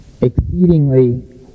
exceedingly